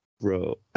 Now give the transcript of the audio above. Bro